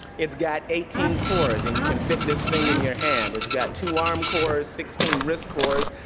it's got eighteen cores and you can fit this thing in your hand. it's got two arm cores, sixteen risc cores,